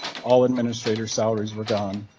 all administrator salaries were gone.